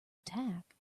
attack